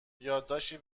یادداشتی